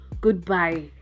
goodbye